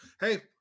hey